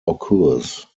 occurs